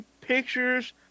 pictures